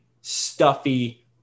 stuffy